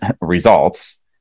results